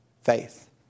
Faith